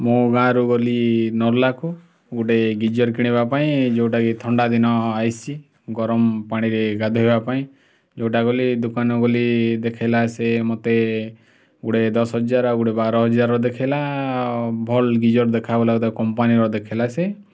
ମୁଁ ଗାଁ ରୁ ଗଲି ନରଲାକୁ ଗୋଟେ ଗିଜର କିଣିବା ପାଇଁ ଯେଉଁଟାକି ଥଣ୍ଡାଦିନ ଆଇସି ଗରମ ପାଣିରେ ଗାଧୋଇବା ପାଇଁ ଯେଉଁଟା ଗଲି ଦୋକାନକୁ ଗଲି ଦେଖାଇଲା ସେ ମୋତେ ଗୋଟେ ଦଶ ହଜାର ଆଉ ଗୋଟେ ବାର ହଜାରର ଦେଖାଇଲା ଭଲ ଗିଜର ଦେଖା ବୋଲା ତ କମ୍ପାନୀର ଦେଖାଇଲା ସେ